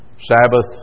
Sabbath